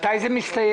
מתי זה מסתיים?